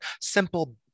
simple